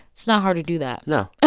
it's not hard to do that no.